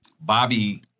Bobby